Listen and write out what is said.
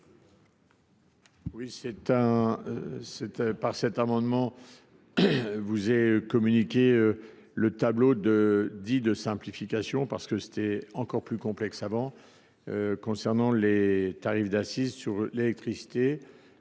Par cet amendement vous est communiqué le tableau dit de simplification – c’était encore plus complexe avant – concernant les tarifs d’accise sur l’électricité